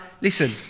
listen